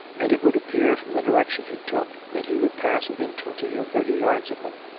and it would appear from the direction he took that he would pass within twenty or thirty yards of them.